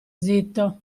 zitto